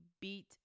beat